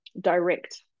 direct